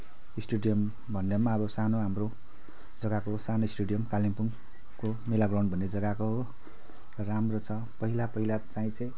stadium भन्दा पनि अब सानो हाम्रो जग्गाको सानो स्टेडियम कालिम्पोङको मेला ग्राउन्ड भन्ने जग्गाको हो राम्रो छ पहिला पहिला चाहिँ चाहिँ